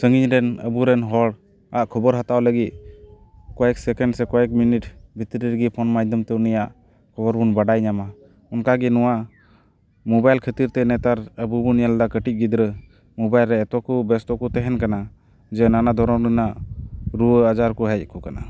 ᱥᱟᱺᱜᱤᱧ ᱨᱮᱱ ᱟᱵᱚ ᱨᱮᱱ ᱦᱚᱲᱟᱜ ᱠᱷᱚᱵᱚᱨ ᱦᱟᱛᱟᱣ ᱞᱟᱹᱜᱤᱫ ᱠᱚᱭᱮᱠ ᱥᱮᱠᱮᱱᱰ ᱥᱮ ᱠᱚᱭᱮᱠ ᱢᱤᱱᱤᱴ ᱵᱷᱤᱛᱨᱤ ᱨᱮᱜᱮ ᱯᱷᱳᱱ ᱢᱟᱫᱽᱫᱷᱚᱢ ᱛᱮ ᱩᱱᱤᱭᱟᱜ ᱠᱷᱚᱵᱚᱨ ᱵᱚᱱ ᱵᱟᱰᱟᱭ ᱧᱟᱢᱟ ᱚᱱᱠᱟᱜᱮ ᱱᱚᱣᱟ ᱢᱳᱵᱟᱭᱤᱞ ᱠᱷᱟᱹᱛᱤᱨ ᱛᱮ ᱱᱮᱛᱟᱨ ᱟᱵᱚ ᱵᱚᱱ ᱧᱮᱞᱫᱟ ᱠᱟᱹᱴᱤᱡ ᱜᱤᱫᱽᱨᱟᱹ ᱢᱳᱵᱟᱭᱤᱞ ᱨᱮ ᱮᱛᱚ ᱠᱚ ᱵᱮᱥᱛᱚ ᱠᱚ ᱛᱟᱦᱮᱱ ᱠᱟᱱᱟ ᱡᱮ ᱱᱟᱱᱟ ᱫᱷᱚᱨᱚᱱ ᱨᱮᱱᱟᱜ ᱨᱩᱣᱟᱹ ᱟᱡᱟᱨ ᱠᱚ ᱦᱮᱡ ᱟᱠᱚ ᱠᱟᱱᱟ